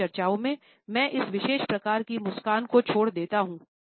अपनी चर्चाओं में मैं इस विशेष प्रकार की मुस्कान को छोड़ देता हूँ